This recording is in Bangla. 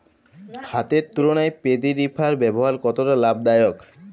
হাতের তুলনায় পেডি রিপার ব্যবহার কতটা লাভদায়ক?